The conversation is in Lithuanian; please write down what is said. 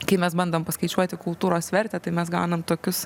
kai mes bandom paskaičiuoti kultūros vertę tai mes gaunam tokius